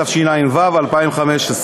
התשע"ו 2015,